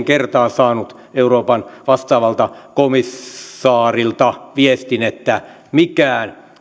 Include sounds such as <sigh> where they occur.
<unintelligible> kertaan saanut euroopan vastaavalta komissaarilta viestin että mikään